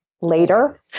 later